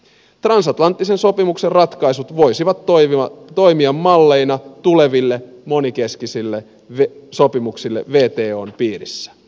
transatlanttisen sopimuksen ratkaisut voisivat toimia malleina tuleville monenkeskisille sopimuksille wton piirissä